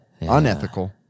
unethical